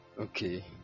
Okay